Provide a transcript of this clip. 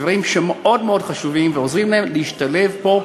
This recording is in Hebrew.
אלו דברים מאוד מאוד חשובים שעוזרים להם להשתלב פה,